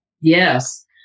Yes